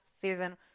season